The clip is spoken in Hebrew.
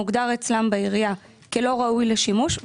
מוגדר אצלם בעירייה כלא ראוי לשימוש.